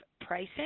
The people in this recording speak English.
pricing